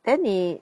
then 你